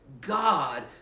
God